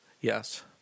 Yes